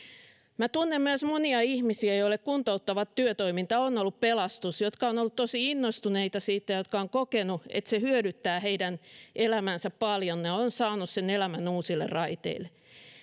minä tunnen myös monia ihmisiä joille kuntouttava työtoiminta on ollut pelastus jotka ovat olleet tosi innostuneita siitä ja jotka ovat kokeneet että se hyödyttää heidän elämäänsä paljon ja ja on saanut sen elämän uusille raiteille